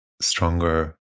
stronger